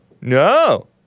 No